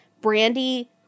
Brandy